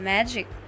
Magic